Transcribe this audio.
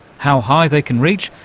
how high they can reach,